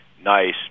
nice